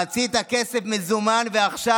רצית כסף מזומן ועכשיו,